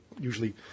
usually